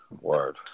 Word